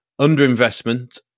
underinvestment